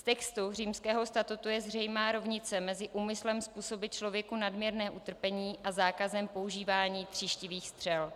Z textu Římského statutu je zřejmá rovnice mezi úmyslem způsobit člověku nadměrné utrpení a zákazem používání tříštivých střel.